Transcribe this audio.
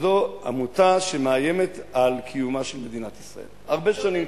שזו עמותה שמאיימת על קיומה של מדינת ישראל הרבה שנים.